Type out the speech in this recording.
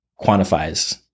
quantifies